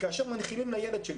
כאשר מנחילים לילד שלי